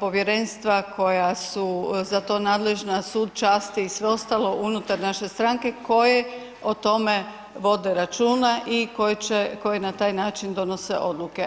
povjerenstva koja su za to nadležno, sud časti i sve ostalo unutar naše stranke koji o tome vode računa i koji će, koji na taj način donose odluke.